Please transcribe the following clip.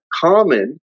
common